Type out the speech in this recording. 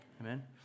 Amen